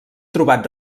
trobat